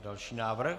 Další návrh.